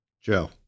Joe